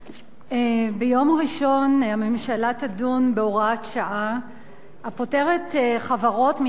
ביום ראשון הממשלה תדון בהוראת שעה הפוטרת חברות מתשלום